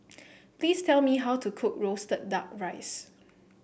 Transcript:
please tell me how to cook roasted duck rice